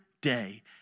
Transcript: day